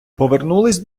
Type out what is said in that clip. повернулись